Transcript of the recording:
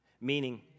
meaning